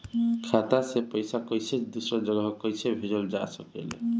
खाता से पैसा कैसे दूसरा जगह कैसे भेजल जा ले?